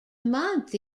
month